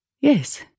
Yes